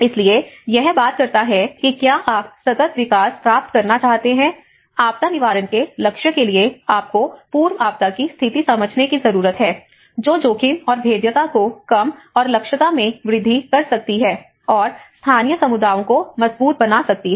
इसलिए यह बात करता है कि क्या आप सतत विकास प्राप्त करना चाहते हैं आपदा निवारण के लक्ष्य के लिए आपको पूर्व आपदा की स्थिति समझने की जरूरत है जो जोखिम और भेद्यता को कम और क्षमता में वृद्धि कर सकती है और स्थानीय समुदायों को मजबूत बना सकती है